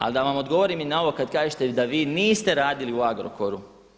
Ali da vam odgovorim i na ovo kad kažete da vi niste radili u Agrokoru.